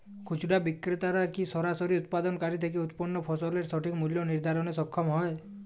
খুচরা বিক্রেতারা কী সরাসরি উৎপাদনকারী থেকে উৎপন্ন ফসলের সঠিক মূল্য নির্ধারণে সক্ষম হয়?